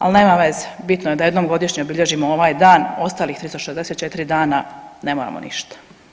Ali nema veze, bitno je da jednom godišnje obilježimo ovaj dan, ostalih 364 dana ne moramo ništa.